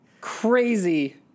crazy